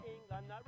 England